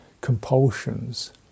compulsions